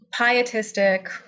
pietistic